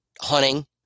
hunting